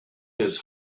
his